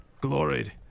gloried